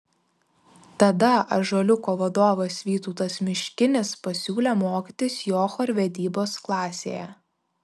tada ąžuoliuko vadovas vytautas miškinis pasiūlė mokytis jo chorvedybos klasėje